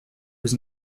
was